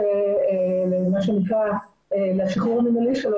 מה שנקרא לשחרור המנהלי שלו,